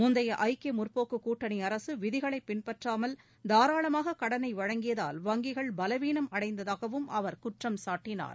முந்தைய ஐக்கிய முற்போக்குக் கூட்டணி அரசு விதிகளை பின்பற்றாமல் தாராளமாக கடனை வழங்கியதால் வங்கிகள் பலவீனம் அடைந்ததாகவும் அவர் குற்றம் சாட்டினார்